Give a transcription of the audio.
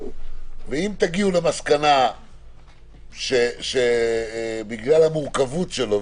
אם תגיעו למסקנה שבגלל המורכבות שלו,